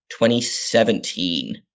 2017